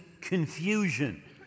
confusion